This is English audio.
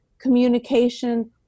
communication